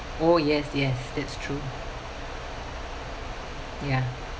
oh yes yes that's true ya